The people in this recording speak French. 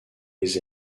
les